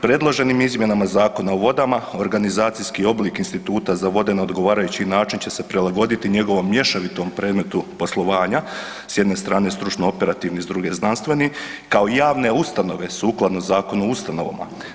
Predloženim izmjenama Zakona o vodama organizacijski oblik Instituta za vode na odgovarajući način će se prilagoditi njegovom mješovito predmetu poslovanja, s jedne strane stručno operativni, s druge znanstveni kao javne ustanove sukladno Zakonu o ustanovama.